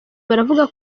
baravuga